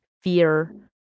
fear